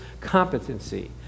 competency